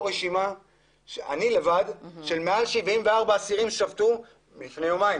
רשימה של מעל 74 אסירים ששבתו לפני יומיים